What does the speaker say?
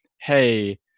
hey